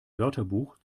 wörterbuch